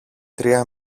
τρία